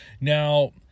now